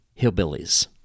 hillbillies